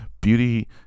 beauty